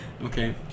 Okay